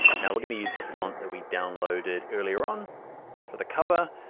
now we're gonna use the font that we downloaded earlier on for the cover.